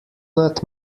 not